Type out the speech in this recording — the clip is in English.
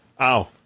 Ow